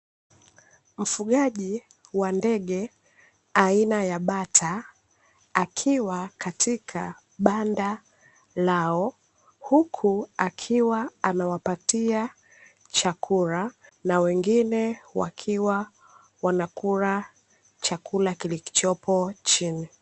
Mfugaji wa ndege aina ya bata akiwa katika banda lao, huku akiwa anawapatia chakula na wengine wakiwa wanakula chakula kilichopo chini.